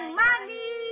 money